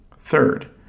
Third